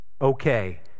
okay